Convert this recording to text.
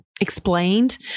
Explained